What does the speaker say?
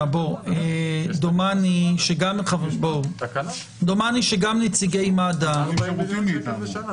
דומני שגם נציגי מד"א ------ מה רוצים מאיתנו.